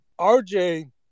RJ